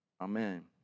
Amen